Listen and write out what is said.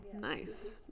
nice